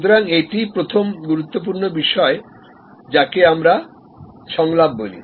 সুতরাং এটিই প্রথম গুরুত্বপূর্ণ বিষয় যাকে আমরা সংলাপ বলি